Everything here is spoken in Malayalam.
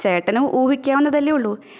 ചേട്ടന് ഊഹിക്കാവുന്നതല്ലേ ഉള്ളു